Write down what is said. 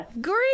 Great